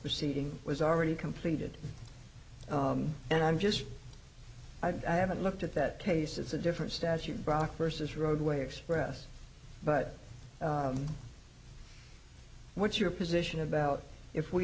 proceeding was already completed and i'm just i don't i haven't looked at that case it's a different statute brock versus roadway express but what's your position about if we